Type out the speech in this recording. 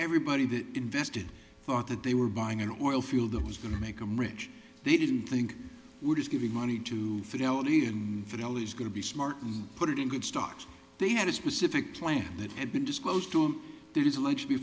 everybody that invested thought that they were buying an oilfield that was going to make them rich they didn't think we're just giving money to fidelity and fidel is going to be smart and put it in good stocks they had a specific plan that had been disclosed there is alleged